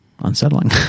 Unsettling